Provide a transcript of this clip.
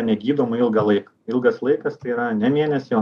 negydoma ilgą laik ilgas laikas tai yra ne mėnesį o